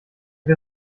wir